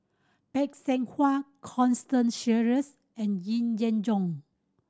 Phay Seng Whatt Constance Sheares and Yee Jenn Jong